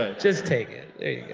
ah just take it, yeah